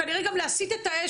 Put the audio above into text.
כנראה גם להסית את האש,